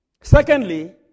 secondly